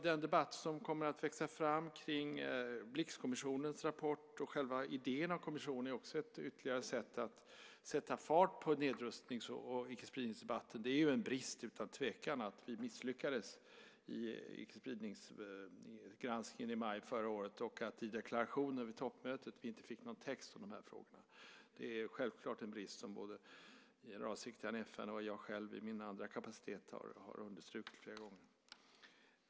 Den debatt som kommer att växa fram kring Blixkommissionens rapport och själva idén om kommissionen är ytterligare ett sätt att sätta fart på nedrustnings och icke-spridningsdebatten. Det är utan tvekan en brist att vi misslyckades i icke-spridningsgranskningen i maj förra året och att vi i deklarationen vid toppmötet inte fick någon text i de här frågorna. Det är självfallet en brist, som både generalsekreteraren i FN och jag själv i min andra kapacitet har understrukit flera gånger.